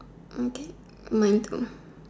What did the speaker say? okay mine